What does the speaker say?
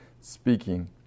speaking